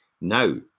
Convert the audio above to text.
Now